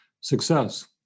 success